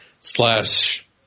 slash